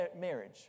marriage